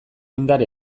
indar